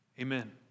amen